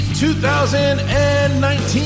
2019